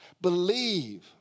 Believe